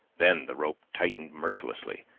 then the rope tightened mercilessly,